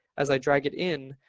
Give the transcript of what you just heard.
as i drag it in,